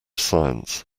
science